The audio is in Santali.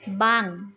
ᱵᱟᱝ